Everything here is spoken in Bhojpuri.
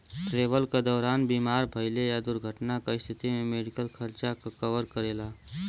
ट्रेवल क दौरान बीमार भइले या दुर्घटना क स्थिति में मेडिकल खर्च क कवर करेला